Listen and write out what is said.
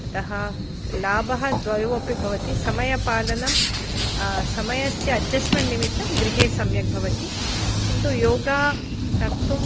अतः लाभः द्वयोः अपि भवति समयपालनं समयस्य अज्जेस्मेन् निमित्तं गृहे सम्यक् भवति किन्तु योगा कर्तुम्